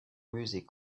musée